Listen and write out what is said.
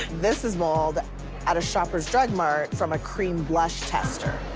this is mould at a shoppers drug mart from a cream blush tester.